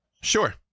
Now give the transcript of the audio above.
Sure